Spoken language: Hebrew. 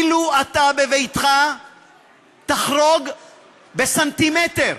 אם אתה בביתך תחרוג בסנטימטר,